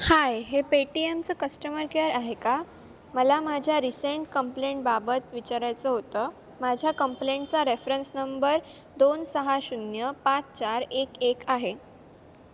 हाय हे पेटीएमचं customer care आहे का मला माझ्या रिसेंट कम्प्लेंट बाबत विचारायचं होतं माझ्या कम्प्लेंटचा रेफरन्स नंबर दोन सहा शून्य पाच चार एक एक आहे